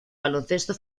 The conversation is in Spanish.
baloncesto